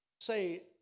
say